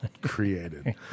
created